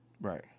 Right